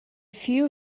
few